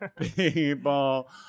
People